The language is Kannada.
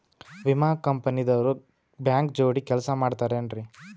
ವಿಮಾ ಕಂಪನಿ ದವ್ರು ಬ್ಯಾಂಕ ಜೋಡಿ ಕೆಲ್ಸ ಮಾಡತಾರೆನ್ರಿ?